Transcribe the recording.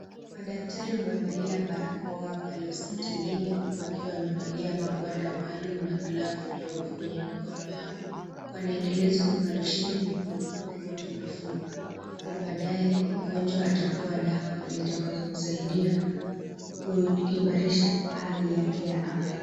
Madaktari wamevalia barakoa pale hospitalini huku wakiwa wamevalia maguanda maalum na glavu nyeupe kwenye mikono yao. Wanaendeleza operesheni na kumpa mgonjwa nafu. Hapo kubadaye mgonjwa atapewa dawa zitokazomsaidia kuimarisha hali yake ya afya.